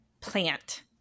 plant